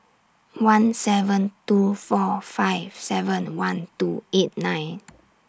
one seven two four five seven one two eight nine